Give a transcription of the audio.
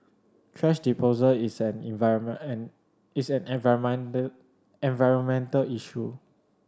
thrash disposal is an is an environmental environmental issue